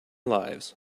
lives